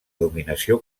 dominació